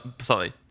Sorry